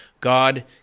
God